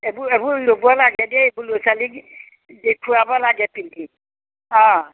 এইবোৰ এইবোৰ ল'ব লাগে দেই ল'ৰা ছোৱালীক দেখুৱাব লাগে পিন্ধি অঁ